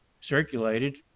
circulated